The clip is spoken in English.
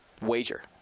wager